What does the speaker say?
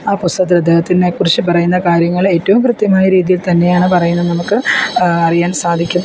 ആ പുസ്തകത്തിൽ അദ്ദേഹത്തിനെ കുറിച്ച് പറയുന്ന കാര്യങ്ങൾ ഏറ്റവും കൃത്യമായ രീതിയിൽ തന്നെയാണ് പറയുന്നത് നമുക്ക് അറിയാൻ സാധിക്കും